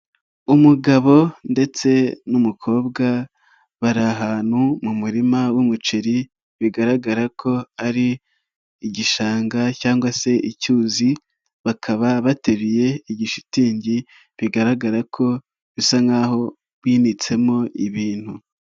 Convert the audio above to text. Umugabo ndetse n'umukobwa bari ahantu mu murima w'umuceri, bigaragara ko ari igishanga cyangwa se icyuzi, bakaba bateruye igishitingi bigaragara ko bisa nk'aho binitsemo ibintu.